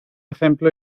ejemplo